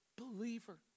believer